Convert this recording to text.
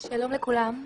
שלום לכולם.